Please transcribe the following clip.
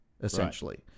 Essentially